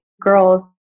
girls